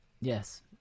Yes